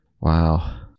Wow